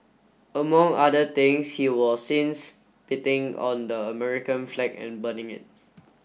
among other things he was seen spitting on the American flag and burning it